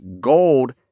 Gold